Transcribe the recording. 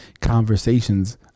conversations